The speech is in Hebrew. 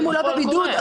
אם הוא לא בבידוד,